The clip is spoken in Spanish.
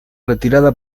retirada